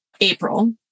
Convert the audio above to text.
April